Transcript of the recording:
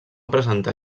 presentar